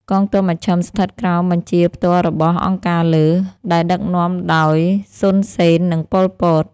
កងទ័ពមជ្ឈិមស្ថិតក្រោមបញ្ជាផ្ទាល់របស់ «អង្គការលើ» ដែលដឹកនាំដោយ សុន សេន និង ប៉ុល ពត។